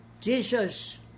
Jesus